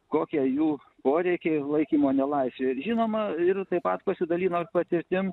kokie jų poreikiai laikymo nelaisvėj ir žinoma ir taip pat pasidalino patirtim